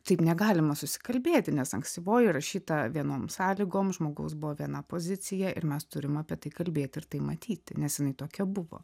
taip negalima susikalbėti nes ankstyvoji rašyta vienom sąlygom žmogaus buvo viena pozicija ir mes turim apie tai kalbėti ir tai matyti nes jiniai tokia buvo